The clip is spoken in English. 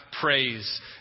praise